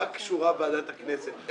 מה קשורה ועדת הכנסת?